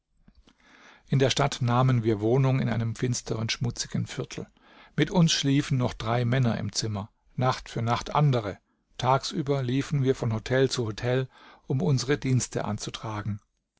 in der stadt nahmen wir wohnung in einem finsteren schmutzigen viertel mit uns schliefen noch drei männer im zimmer nacht für nacht andere tagsüber liefen wir von hotel zu hotel um unsere dienste anzutragen